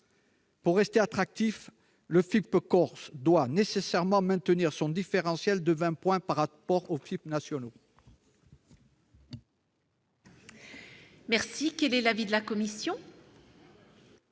Pour rester attractif, le FIP Corse doit nécessairement maintenir son différentiel de vingt points par rapport aux FIP nationaux.